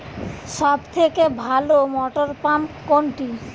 সবথেকে ভালো মটরপাম্প কোনটি?